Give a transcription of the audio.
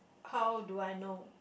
how do I know